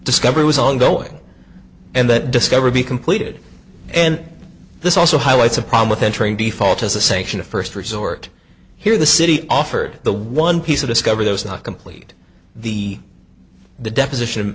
discovery was ongoing and that discovery be completed and this also highlights a problem with entering default as a sanction of first resort here the city offered the one piece of discovery those not complete the the deposition